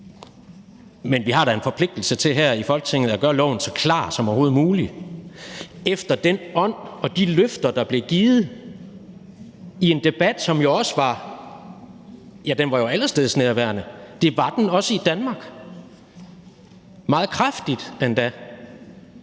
men vi har da en forpligtelse til her i Folketinget at gøre loven så klar som overhovedet muligt efter den ånd, der var, og de løfter, der blev givet i en debat, som var allestedsnærværende. Det var den også i Danmark – meget kraftigt endda.